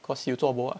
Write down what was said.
cause you zuobo ah